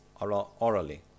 orally